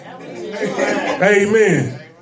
amen